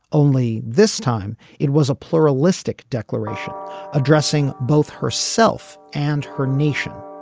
only this time it was a pluralistic declaration addressing both herself and her nation.